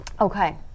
Okay